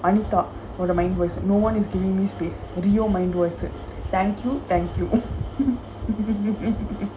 anita for her mind voice no one is giving me space rio mind voice thank you thank you